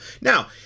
Now